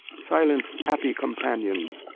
silent, happy companions,